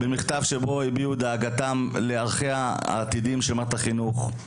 ובו הביעו את דאגתם לערכיה העתידיים של מערכת החינוך.